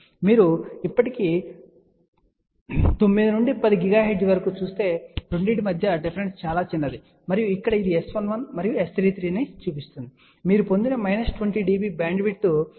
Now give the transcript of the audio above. మీరు ఇప్పటికీ 9 నుండి 10 GHz వరకు చూస్తే 2 మధ్య డిఫరెన్స్ చాలా చిన్నది మరియు ఇక్కడ ఇది S11 మరియు S33 ను చూపిస్తుంది మీరు పొందిన మైనస్ 20 dB బ్యాండ్విడ్త్ 8